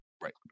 Right